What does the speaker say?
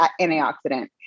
antioxidant